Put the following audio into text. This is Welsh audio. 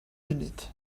funud